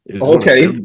Okay